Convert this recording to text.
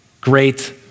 great